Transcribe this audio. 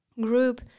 group